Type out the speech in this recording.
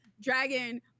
dragon